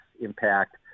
impact